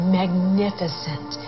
magnificent